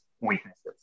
weaknesses